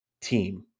team